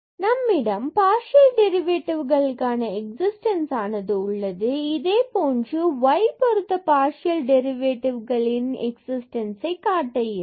எனவே நம்மிடம் பார்சியல் டெரிவேடிவ்களுக்கான எக்ஸிஸ்டன்ஸ் ஆனது உள்ளது இதே போன்று y பொருத்தப் பார்சியல் டெரிவேட்டிவ்ளுக்கான எக்ஸிஸ்டன்ஸ் ஐ காட்ட இயலும்